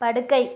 படுக்கை